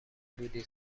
بودی